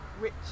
rich